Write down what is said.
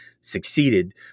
succeeded